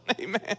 amen